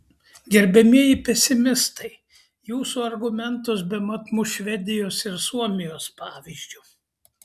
gerbiamieji pesimistai jūsų argumentus bemat muš švedijos ir suomijos pavyzdžiu